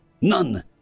none